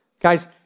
Guys